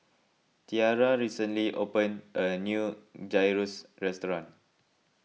Tiarra recently opened a new Gyros Restaurant